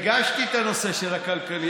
הדגשתי את הנושא, הכלכליים.